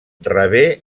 rebé